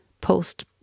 post